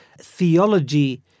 theology